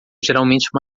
geralmente